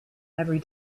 every